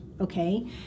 okay